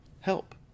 Help